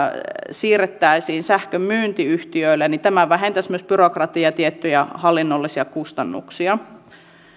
siirrettäisiin sähkönmyyntiyhtiöille tämä vähentäisi myös byrokratiaa ja tiettyjä hallinnollisia kustannuksia